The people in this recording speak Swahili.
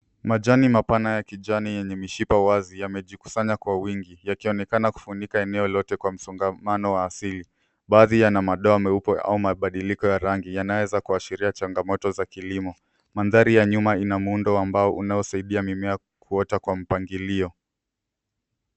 Majani mapana ya kijani yenye mishipa wazi yamejikusanya kwa wingi yakionekana kufunika eneo lote kwa msongamano wa asili. Baadhi yana madoa meupe au mabadiliko ya rangi yanaoeza kuashiria changamoto za kilimo. Mandhari ya nyuma ina muundo wa mbao unao saidia mimea kuota kwa mpangilio.